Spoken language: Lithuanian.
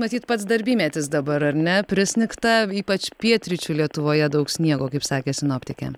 matyt pats darbymetis dabar ar ne prisnigta ypač pietryčių lietuvoje daug sniego kaip sakė sinoptikė